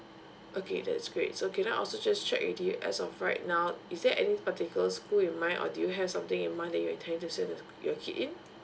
okay that's great so can I also just check with you as of right now is there any particular school in mind or do you have something in mind that you intend to send your kid in